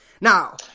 Now